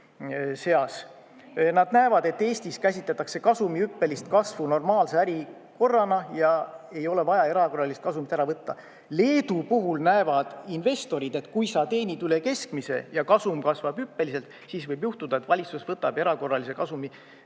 Nad näevad, et Eestis käsitletakse kasumi hüppelist kasvu normaalse ärikorrana ja ei ole vaja erakorralist kasumit ära võtta. Leedu puhul näevad investorid, et kui sa teenid üle keskmise ja kasum kasvab hüppeliselt, siis võib juhtuda, et valitsus võtab erakorralise kasumi